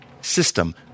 system